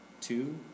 two